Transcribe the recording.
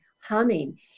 humming